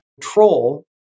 control